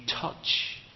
touch